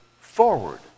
forward